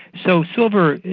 so silver,